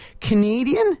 Canadian